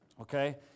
Okay